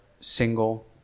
single